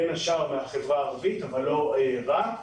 בין השאר מהחברה הערבית אבל לא רק,